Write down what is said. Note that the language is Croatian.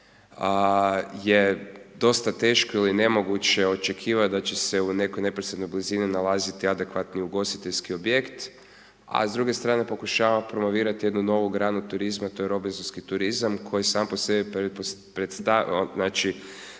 je dosta teško ili nemoguće očekivati da će se u nekoj neposrednoj blizini nalaziti adekvatno ugostiteljski objekt a s druge strane pokušava promovirati jednu novu granu turizma, to je robinzonski turizam koji sam po sebi znači